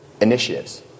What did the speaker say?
initiatives